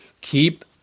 keep